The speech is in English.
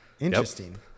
Interesting